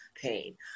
pain